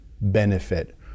benefit